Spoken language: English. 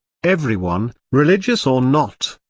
everyone, religious or not,